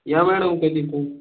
या मॅडम कधी पण